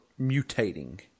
mutating